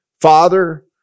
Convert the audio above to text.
Father